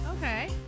okay